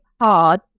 hard